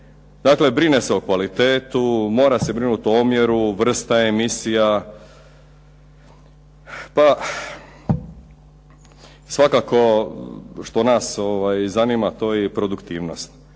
Dakle, brine se o kvalitetu, mora se brinuti o omjeru vrsta emisija pa svakako što nas zanima to je i produktivnost.